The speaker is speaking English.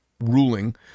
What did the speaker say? ruling